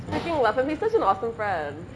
freaking love him he's such as awesome friend